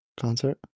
Concert